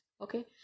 okay